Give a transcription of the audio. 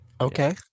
okay